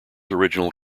original